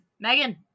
Megan